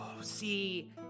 see